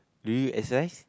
do you exercise